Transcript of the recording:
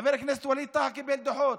חבר הכנסת ווליד טאהא קיבל דוחות,